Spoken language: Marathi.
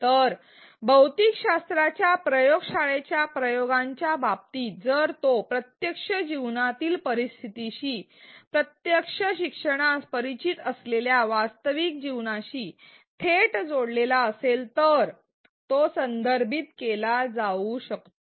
तर भौतिकशास्त्राच्या प्रयोगशाळेच्या प्रयोगांच्या बाबतीत जर तो प्रत्यक्ष जीवनातील परिस्थितीशी प्रत्यक्ष शिक्षणास परिचित असलेल्या वास्तविक जीवनाशी थेट जोडलेला असेल तर तो संदर्भित केला जाऊ शकतो